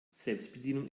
selbstbedienung